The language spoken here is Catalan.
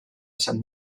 sant